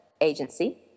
agency